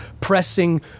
pressing